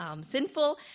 Sinful